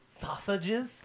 Sausages